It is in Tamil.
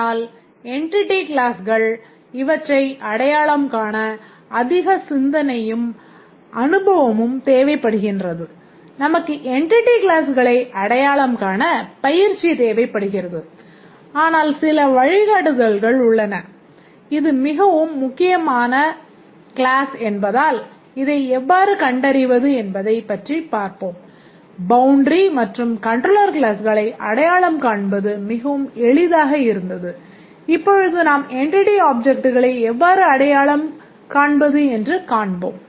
ஆனால் என்டிட்டி க்ளாஸ்கள் எவ்வாறு அடையாளம் காண்பது என்று பார்ப்போம்